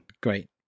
Great